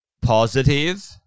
positive